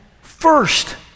first